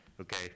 okay